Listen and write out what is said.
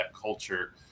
culture